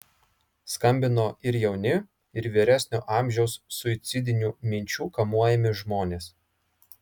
skambino ir jauni ir vyresnio amžiaus suicidinių minčių kamuojami žmonės